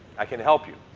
i can help you.